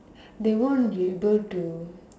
they won't be able to